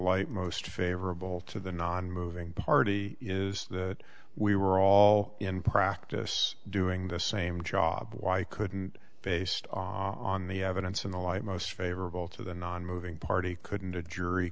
light most favorable to the nonmoving party is that we were all in practice doing the same job why couldn't based on the evidence in the light most favorable to the nonmoving party couldn't the jury